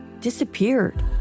disappeared